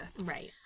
Right